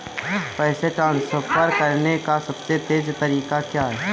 पैसे ट्रांसफर करने का सबसे तेज़ तरीका क्या है?